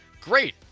Great